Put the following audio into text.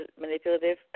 manipulative